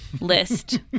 list